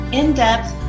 in-depth